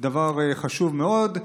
דבר חשוב מאוד.